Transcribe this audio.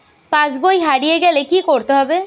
পাশবই হারিয়ে গেলে কি করতে হবে?